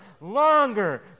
longer